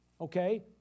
okay